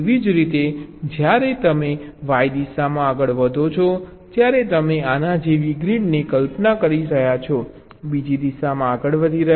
એવી જ રીતે જ્યારે તમે Y દિશામાં આગળ વધો છો ત્યારે તમે આના જેવી ગ્રીડની કલ્પના કરી રહ્યાં છો બીજી દિશામાં આગળ વધી રહ્યા છો